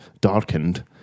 darkened